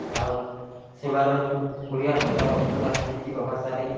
ଆଉ ସେମାନଙ୍କୁ ଓଡ଼ିଆ ଭାଷାର ପୁରା ସାହିତ୍ୟିକ ଭାଷାରେ